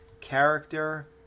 character